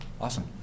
Awesome